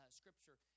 scripture